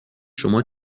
شما